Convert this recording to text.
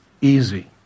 easy